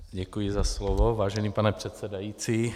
Děkuji za slovo, vážený pane předsedající.